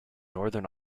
northern